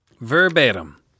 Verbatim